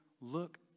look